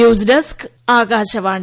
news desk Akashvani